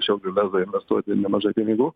šiaulių lezą investuoti nemažai pinigų